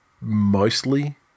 mostly